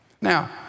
Now